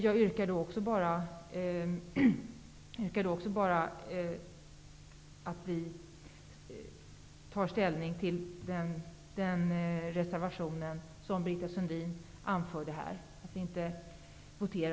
Jag yrkar dock i likhet med Britta